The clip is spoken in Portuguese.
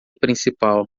principal